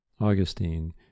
Augustine